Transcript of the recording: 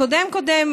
הקודם קודם,